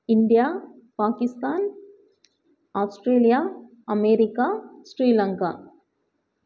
India Pakistan Australia America Sri Lanka